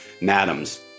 madams